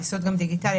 גם ויסות דיגיטלי,